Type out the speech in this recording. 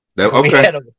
Okay